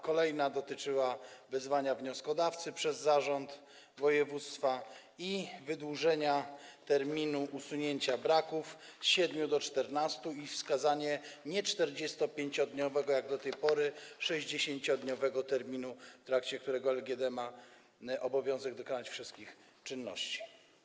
Kolejna dotyczyła wezwania wnioskodawcy przez zarząd województwa i wydłużenia terminu usunięcia braków z 7 do 14 dni i wskazania nie 45-dniowego, jak do tej pory, ale 60-dniowego terminu, w trakcie którego LGD ma obowiązek dokonać wszystkich czynności.